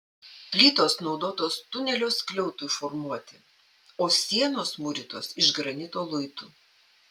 plytos naudotos tunelio skliautui formuoti o sienos mūrytos iš granito luitų